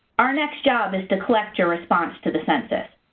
our next job is to collect your response to the census,